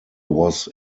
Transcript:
was